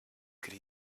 could